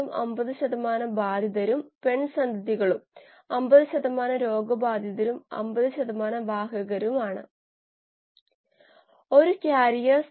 അതുപോലെ ഒരു jacket system ഇത് തണുപ്പിക്കുന്നതിനും ഉപയോഗിക്കാം പക്ഷേ കൂളിംഗ് കോയിലുകളും ഉപയോഗിക്കുന്നു